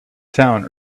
town